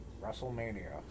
WrestleMania